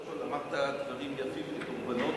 קודם כול אמרת דברים יפים כדרבונות.